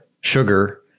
sugar